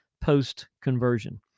post-conversion